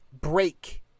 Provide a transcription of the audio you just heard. break